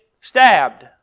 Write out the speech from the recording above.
stabbed